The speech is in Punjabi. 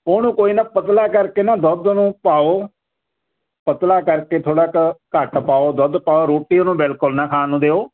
ਉਹਨੂੰ ਕੋਈ ਨਾ ਪਤਲਾ ਕਰਕੇ ਨਾ ਦੁੱਧ ਨੂੰ ਪਾਓ ਪਤਲਾ ਕਰਕੇ ਥੋੜਾ ਕ ਘੱਟ ਪਾਓ ਦੁੱਧ ਪਾਓ ਰੋਟੀ ਉਹਨੂੰ ਬਿਲਕੁਲ ਨਾ ਖਾਣ ਨੂੰ ਦਿਓ